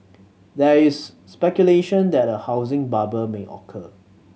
there is speculation that a housing bubble may occur